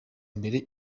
mbere